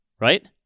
right